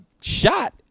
shot